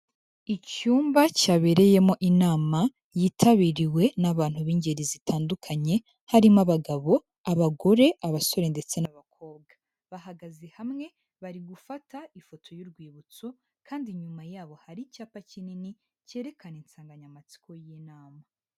Icyumba cyabereyemo inama yitabiriwe n'abantu b'ingeri zitandukanye, harimo abagabo, abagore, abasore ndetse n'abakobwa. Bahagaze hamwe, bari gufata ifoto y'urwibutso kandi inyuma yabo hari icyapa kinini, cyerekana insanganyamatsiko y'inama.